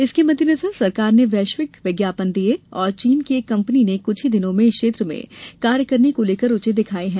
इसके मद्देनजर सरकार ने वैश्विक विज्ञापन दिए और चीन की एक कंपनी ने कुछ ही दिनों में क्षेत्र में कार्य करने को लेकर रूचि दिखायी है